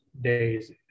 days